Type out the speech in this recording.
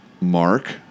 Mark